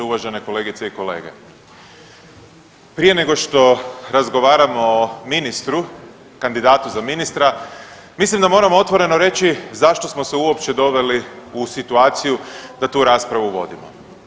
Uvažene kolegice i kolege, prije nego što razgovaramo o ministru, kandidatu za ministra mislim da moramo otvoreno reći zašto smo se uopće doveli u situaciju da tu raspravu vodimo.